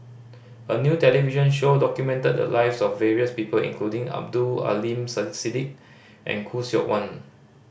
a new television show documented the lives of various people including Abdul Aleem Siddique and Khoo Seok Wan